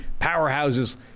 powerhouses